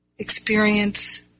experience